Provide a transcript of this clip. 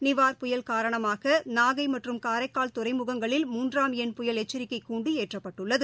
நிவார் புயல் காரணமாக நாகை மற்றும் காரைக்கால் துறைமுகங்களில் மூன்றாம் எண் புயல் எச்சரிக்கை கூண்டு ஏற்றப்பட்டுள்ளது